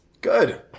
Good